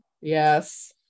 Yes